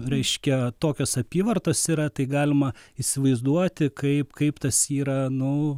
reiškia tokios apyvartos yra tai galima įsivaizduoti kaip kaip tas yra nu